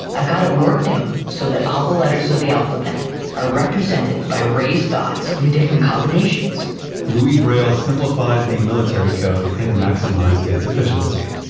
i've got it worked out so all the letters of the alphabet are represented by raised dots in different combinations louis braille simplified the military code and maximized its efficiency.